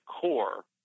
core